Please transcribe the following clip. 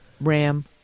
RAM